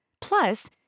Plus